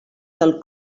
del